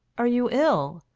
are you ill?